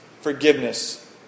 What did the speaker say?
forgiveness